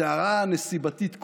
סערה נסיבתית כלשהי,